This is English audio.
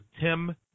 Tim